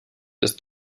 ist